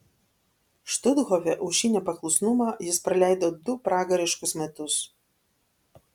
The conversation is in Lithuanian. štuthofe už šį nepaklusnumą jis praleido du pragariškus metus